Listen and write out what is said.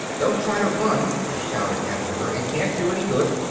don't try to run, i shouted after her, it can't do any good!